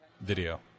video